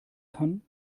kann